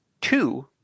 two